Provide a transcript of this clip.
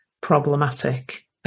problematic